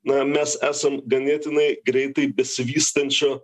na mes esam ganėtinai greitai besivystančio